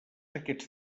aquests